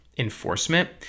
enforcement